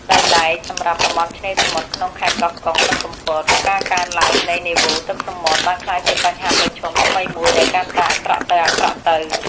ដោយឡែកសម្រាប់តំបន់ឆ្នេរសមុទ្រក្នុងខេត្តកោះកុង និងកំពត ការកើនឡើងនៃនីវ៉ូទឹកសមុទ្របានក្លាយជាបញ្ហាប្រឈមថ្មីមួយដែលកាន់តែអាក្រក់ទៅៗ។